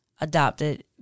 adopted